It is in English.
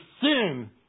sin